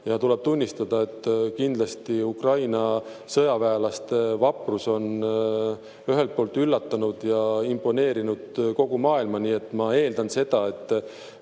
Ja tuleb tunnistada, et kindlasti Ukraina sõjaväelaste vaprus on üllatanud ja imponeerinud kogu maailmale. Nii et ma eeldan seda, et